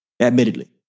admittedly